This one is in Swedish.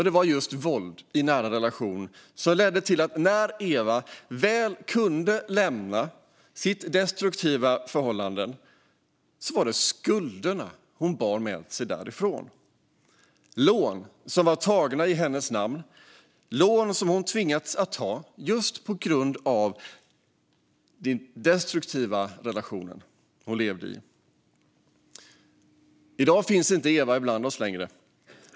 Det var just våld i en nära relation som ledde till att Eva, när hon väl kunde lämna sitt destruktiva förhållande, bar med sig skulderna därifrån - lån som var tagna i hennes namn och som hon tvingats ta, just på grund av den destruktiva relation hon levde i. I dag finns inte Eva bland oss längre.